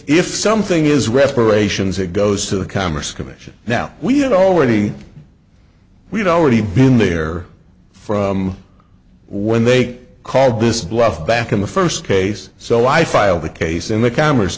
if something is reparations it goes to the commerce commission now we had already we'd already been there from when they called this bluff back in the first case so i filed a case in the commer